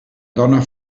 dona